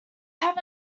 have